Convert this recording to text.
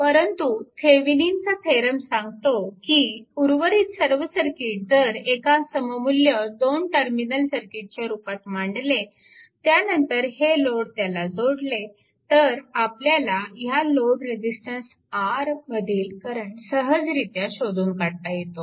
परंतु थेविनिनचा थेरम सांगतो की उर्वरित सर्व सर्किट जर एका सममुल्य 2 टर्मिनल सर्किटच्या रूपात मांडले त्यानंतर हे लोड त्याला जोडले तर आपल्याला ह्या लोड रेजिस्टन्स R मधील करंट सहजरित्या शोधून काढता येतो